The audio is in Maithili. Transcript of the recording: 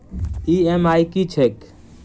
ई.एम.आई की छैक?